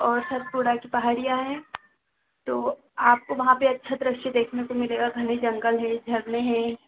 और सतपुड़ा कि पहाड़िया हैं तो आपको वहां पर अच्छा दृश्य देखने को मिलेगा घने जंगल हैं झरने हैं